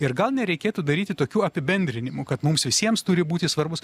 ir gal nereikėtų daryti tokių apibendrinimų kad mums visiems turi būti svarbus